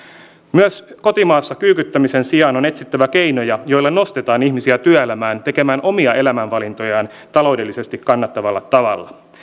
myös kotimaassa kyykyttämisen sijaan on etsittävä keinoja joilla nostetaan ihmisiä työelämään tekemään omia elämänvalintojaan taloudellisesti kannattavalla tavalla